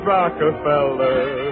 Rockefeller